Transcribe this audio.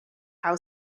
how